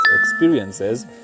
experiences